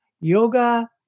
yoga